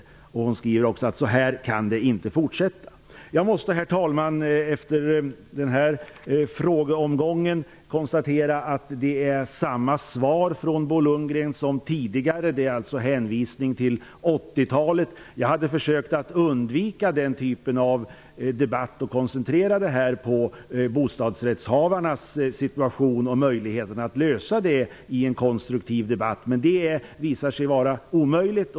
Mirja Kvaavik skriver också att ''så här kan det inte få fortsätta''. Jag måste, herr talman, efter den här frågeomgången konstatera att Bo Lundgren svarar på samma sätt som tidigare, alltså genom hänvisningar till 80-talet. Jag hade försökt undvika den typen av debatt och koncentrera mig på bostadsrättshavarnas situation och på möjligheten att lösa deras problem i en konstruktiv debatt. Men det har visat sig vara omöjligt.